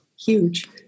huge